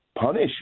punish